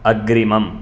अग्रिमम्